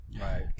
Right